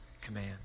command